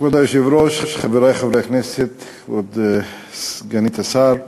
כבוד היושב-ראש, חברי חברי הכנסת, כבוד סגנית השר,